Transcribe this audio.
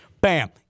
Bam